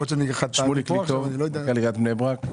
שמוליק ליטוב, מנכ"ל עיריית בני ברק.